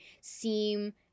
seem